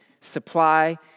supply